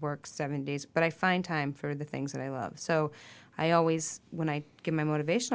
work seven days but i find time for the things that i love so i always when i get my motivational